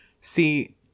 See